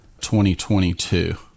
2022